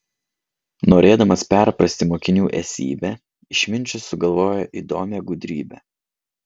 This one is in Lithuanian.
norėdamas perprasti mokinių esybę išminčius sugalvojo įdomią gudrybę